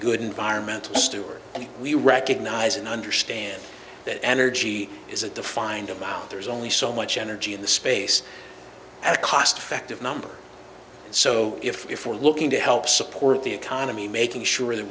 good environment steward and we recognize and understand that energy is at the find amount there's only so much energy in the space at a cost effective number so if we're looking to help support the economy making sure that